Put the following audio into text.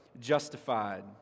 justified